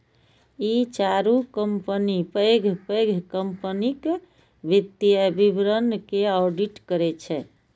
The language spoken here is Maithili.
ई चारू कंपनी पैघ पैघ कंपनीक वित्तीय विवरण के ऑडिट करै छै